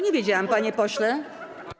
Nie wiedziałam, panie pośle.